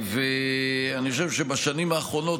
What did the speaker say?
אני חושב שבשנים האחרונות,